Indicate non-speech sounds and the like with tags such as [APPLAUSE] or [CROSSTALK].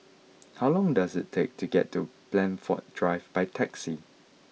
[NOISE] how long does it take to get to Blandford Drive by taxi